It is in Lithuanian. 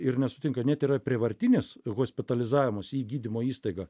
ir nesutinka net yra prievartinis hospitalizavimas į gydymo įstaigą